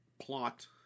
plot